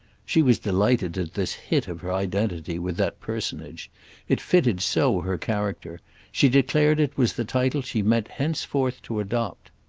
she was delighted at this hit of her identity with that personage it fitted so her character she declared it was the title she meant henceforth to adopt.